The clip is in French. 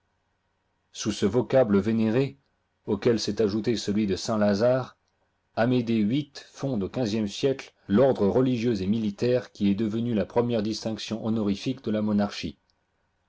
sous ce vocable vénéré auquel s'est ajouté celui de saint-lazare amédée viii fonde au xv siècle tordre religieux et militaire qui est devenu la première distinction honorifique de la monarchie